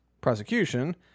prosecution